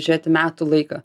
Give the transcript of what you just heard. žiūrėti metų laiką